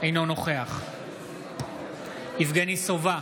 אינו נוכח יבגני סובה,